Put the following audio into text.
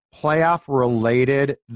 playoff-related